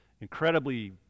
incredibly